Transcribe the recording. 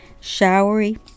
showery